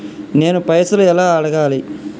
నేను పైసలు ఎలా అడగాలి?